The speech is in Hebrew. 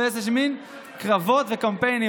באיזה מין קרבות וקמפיינים.